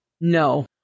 No